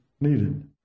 needed